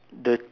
the